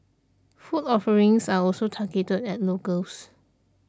food offerings are also targeted at locals